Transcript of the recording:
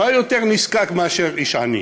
מי יותר "נזקק" מאיש עני,